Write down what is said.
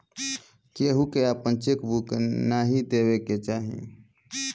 केहू के आपन चेक बुक नाइ देवे के चाही